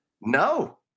no